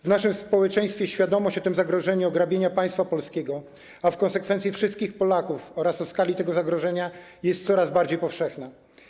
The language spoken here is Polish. W naszym społeczeństwie świadomość o tym zagrożeniu polegającym na ograbieniu państwa polskiego, a w konsekwencji wszystkich Polaków, oraz o skali tego zagrożenia jest coraz bardziej powszechna.